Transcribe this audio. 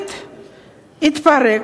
ארצות-הברית תתפרק,